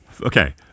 Okay